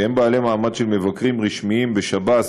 שהם בעלי מעמד של מבקרים רשמיים בשב"ס,